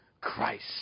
Christ